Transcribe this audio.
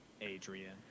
Adrian